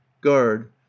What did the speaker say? guard